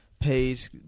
page